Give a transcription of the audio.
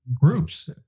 groups